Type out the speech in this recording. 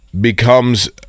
becomes